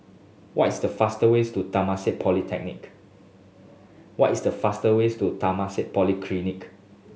what is the faster ways to Temasek Polytechnic what is the faster ways to Temasek Polytechnic